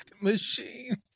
machine